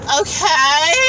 okay